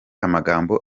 amagambo